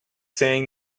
saying